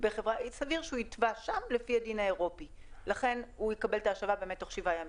סביר שיתבע לפי הדין האירופאי ויקבל את ההשבה תוך שבעה ימים.